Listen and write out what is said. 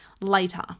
later